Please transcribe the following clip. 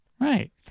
Right